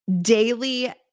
daily